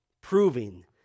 proving